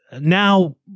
now